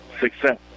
success